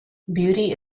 beauty